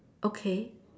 okay